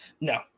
No